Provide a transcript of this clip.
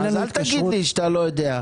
אז אל תגיד לי שאתה לא יודע,